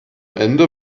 ende